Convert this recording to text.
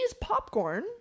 popcorn